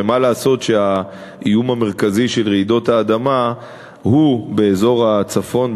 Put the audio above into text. ומה לעשות שהאיום המרכזי של רעידות האדמה הוא באזור הצפון,